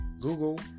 Google